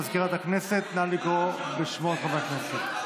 מזכירת הכנסת, נא לקרוא בשמות חברי הכנסת.